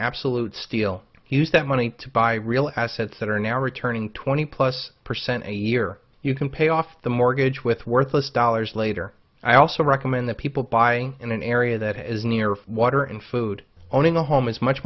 absolute steal he used that money to buy real assets that are now returning twenty plus percent a year you can pay off the mortgage with worthless dollars later i also recommend that people buy in an area that is near water and food owning a home is much